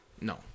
No